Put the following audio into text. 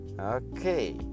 Okay